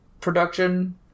production